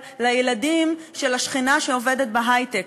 לילדים של השכנה שעובדת בהיי-טק,